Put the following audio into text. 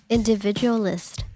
Individualist